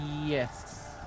Yes